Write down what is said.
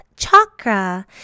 chakra